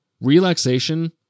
relaxation